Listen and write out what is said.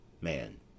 man